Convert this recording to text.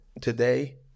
today